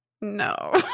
No